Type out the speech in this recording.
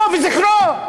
יימח שמו וזכרו,